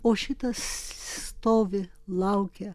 o šitas stovi laukia